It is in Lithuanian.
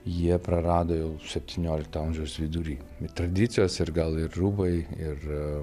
jie prarado jau septyniolikto amžiaus vidury tradicijos ir gal ir rūbai ir